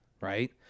right